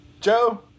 Joe